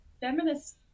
feminist